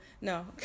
no